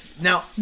now